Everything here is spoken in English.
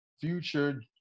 future